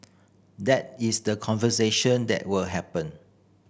that is the conversation that will happen